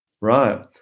right